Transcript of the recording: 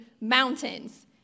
mountains